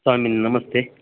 स्वामिन् नमस्ते